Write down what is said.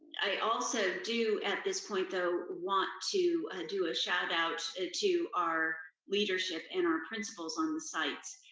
i also do, at this point, though, want to do a shout-out ah to our leadership and our principals on the sites,